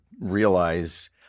realize